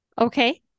Okay